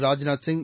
Rajnath Singh